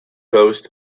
post